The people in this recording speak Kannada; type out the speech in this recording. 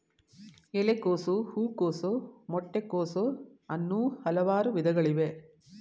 ಎಲೆಕೋಸು, ಹೂಕೋಸು, ಮೊಟ್ಟೆ ಕೋಸು, ಅನ್ನೂ ಹಲವಾರು ವಿಧಗಳಿವೆ